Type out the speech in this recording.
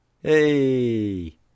hey